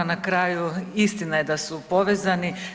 Na kraju istina je da su povezani.